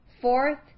Fourth